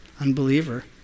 Unbeliever